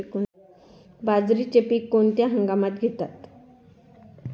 बाजरीचे पीक कोणत्या हंगामात घेतात?